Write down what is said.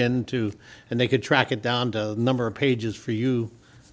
into and they could track it down to number of pages for you